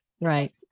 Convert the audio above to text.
Right